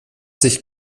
sich